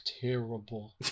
terrible